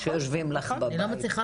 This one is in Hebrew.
(שקף: שכר